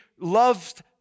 loved